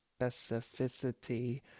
specificity